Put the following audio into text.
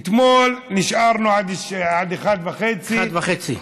אתמול נשארנו עד 01:30,